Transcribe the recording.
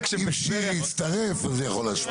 אם שירי יצטרף אז זה יכול להשפיע.